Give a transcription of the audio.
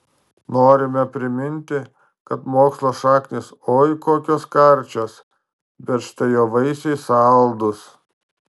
norime priminti kad mokslo šaknys oi kokios karčios bet štai jo vaisiai saldūs